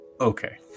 Okay